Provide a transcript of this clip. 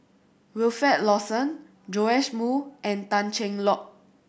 Wilfed Lawson Joash Moo and Tan Cheng Lock